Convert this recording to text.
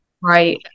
Right